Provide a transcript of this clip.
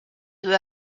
you